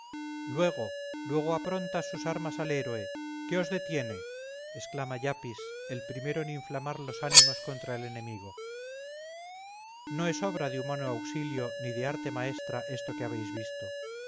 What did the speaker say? luego luego aprontas sus armas al héroe qué os detiene exclama iapis el primero en inflamar los ánimos contra el enemigo no es obra de humano auxilio ni de arte maestra esto que habéis visto